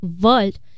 world